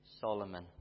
Solomon